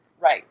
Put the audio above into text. Right